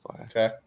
Okay